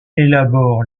élabore